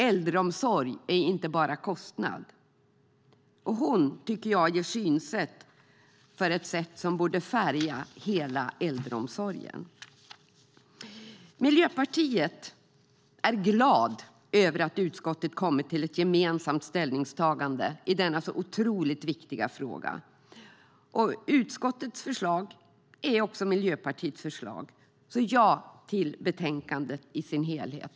Äldreomsorg är inte bara en kostnad. Jag tycker att hon ger uttryck för ett synsätt som borde färga hela äldreomsorgen. Vi i Miljöpartiet är glada över att utskottet har kommit fram till ett gemensamt ställningstagande i denna otroligt viktiga fråga. Utskottets förslag är också Miljöpartiets förslag. Jag yrkar bifall till förslaget i sin helhet.